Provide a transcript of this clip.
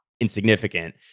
insignificant